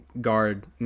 guard